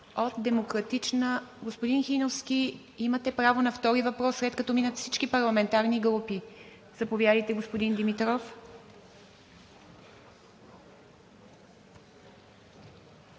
Янев. Господин Хиновски, имате право на втори въпрос, след като минат всички парламентарни групи. Заповядайте, господин Димитров.